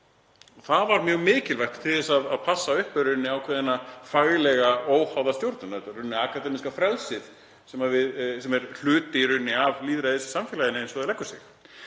Það var mjög mikilvægt til þess að passa upp á faglega, óháða stjórnun. Þetta er í rauninni akademíska frelsið sem er hluti af lýðræðissamfélaginu eins og það leggur sig.